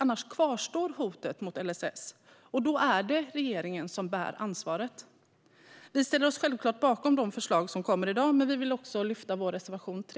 Annars kvarstår hotet mot LSS, och då är det regeringen som bär ansvaret. Vi ställer oss självklart bakom utskottets förslag men yrkar också bifall till reservation 3.